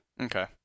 Okay